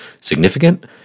significant